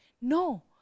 No